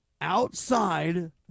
outside